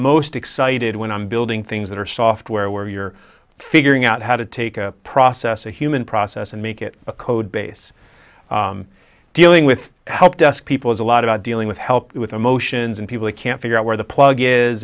most excited when i'm building things that are software where you're figuring out how to take a process a human process and make it a code base dealing with helpdesk people is a lot about dealing with help with emotions and people can't figure out where the plug is